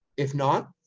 if not,